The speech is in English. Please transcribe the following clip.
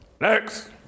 next